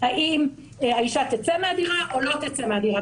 האם האישה תצא מהדירה או לא תצא מהדירה?